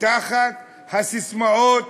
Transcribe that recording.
תחת הססמאות